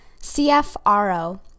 CFRO